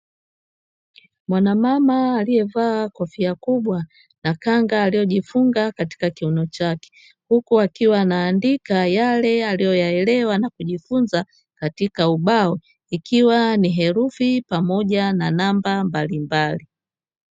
Mwanamama aliyevaa kofia kubwa na khanga aliyojifunga katika kiuno chake, huku akiwa anaandika yale aliyoyaelewa na kujifunza katika ubao ikiwa ni herufi pamoja na namba mbalimbali.